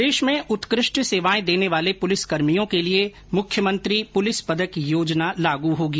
प्रदेश में उत्कृष्ट सेवाएं देने वाले पुलिसकर्मियों के लिए मुख्यमंत्री पुलिस पदक योजना लागू होगी